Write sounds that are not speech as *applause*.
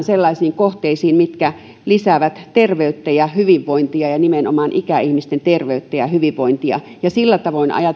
*unintelligible* sellaisiin kohteisiin mitkä lisäävät terveyttä ja hyvinvointia ja nimenomaan ikäihmisten terveyttä ja hyvinvointia ja sillä tavoin